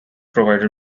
provided